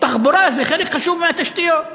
תחבורה זה חלק חשוב מהתשתיות.